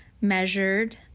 measured